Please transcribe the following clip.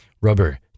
rubber